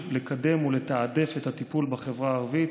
לקדם ולתעדף את הטיפול בחברה הערבית.